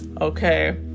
Okay